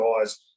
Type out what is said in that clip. guys